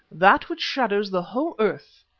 that which shadows the whole earth,